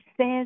says